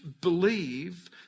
believe